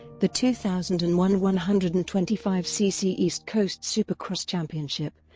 the two thousand and one one hundred and twenty five cc east coast supercross championship,